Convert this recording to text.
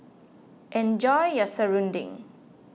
enjoy your Serunding